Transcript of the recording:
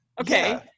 Okay